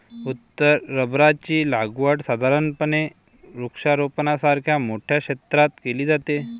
उत्तर रबराची लागवड साधारणपणे वृक्षारोपणासारख्या मोठ्या क्षेत्रात केली जाते